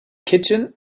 kitchen